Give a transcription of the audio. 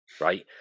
right